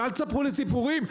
ואל תספרו לי סיפורים,